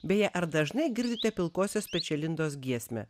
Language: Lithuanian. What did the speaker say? beje ar dažnai girdite pilkosios pečialindos giesmę